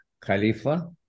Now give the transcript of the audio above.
Khalifa